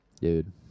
Dude